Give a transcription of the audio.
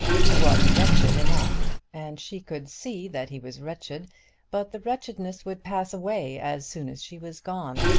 he was wretched enough and she could see that he was wretched but the wretchedness would pass away as soon as she was gone.